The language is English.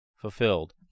fulfilled